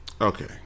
Okay